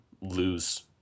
lose